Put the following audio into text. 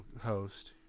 host